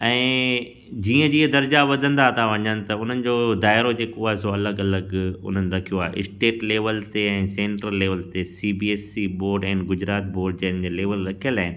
ऐं जीअं जीअं दर्जा वधंदा था वञनि त उन्हनि जो दाइरो जेको सो आहे सो अलॻि अलॻि उन्हनि रखियो आहे स्टेट लेवल ते ऐं सेंट्रल लेवल ते C B S E board आहिनि गुजरात बोर्ड जंहिं लेवल रखियलु आहिनि